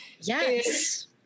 Yes